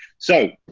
so,